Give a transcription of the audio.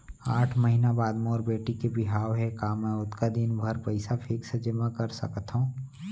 आठ महीना बाद मोर बेटी के बिहाव हे का मैं ओतका दिन भर पइसा फिक्स जेमा कर सकथव?